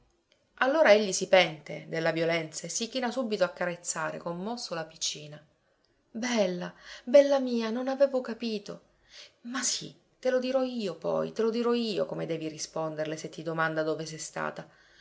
sandrina allora egli si pente della violenza e si china subito a carezzare commosso la piccina bella bella mia non avevo capito ma sì te lo dirò io poi te lo dirò io come devi risponderle se ti domanda dove sei stata